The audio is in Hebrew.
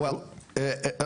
(מדבר באנגלית,